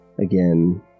Again